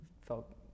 felt